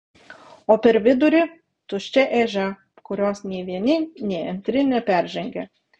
o per vidurį tuščia ežia kurios nei vieni nei antri neperžengia